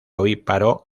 ovíparo